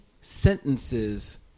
sentences